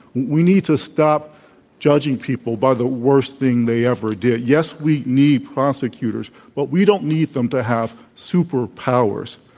we need to stop judging people by the worst thing they ever did. yes, we need prosecutors. but we don't need them to have super powers.